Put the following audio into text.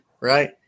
right